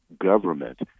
government